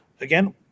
again